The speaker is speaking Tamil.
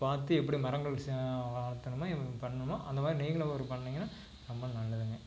பார்த்து எப்படி மரங்கள் ச வளர்த்துணுமோ எப்படி பண்ணுமோ அந்த மாதிரி நீங்களும் ஒரு பண்ணிங்கன்னால் ரொம்ப நல்லதுங்க